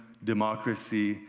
democracy,